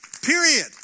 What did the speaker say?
Period